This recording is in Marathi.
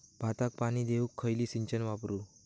भाताक पाणी देऊक खयली सिंचन वापरू?